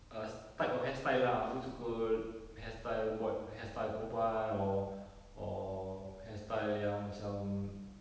err sty~ type of hairstyle lah aku suka hairstyle bo~ hairstyle perempuan or or hairstyle yang macam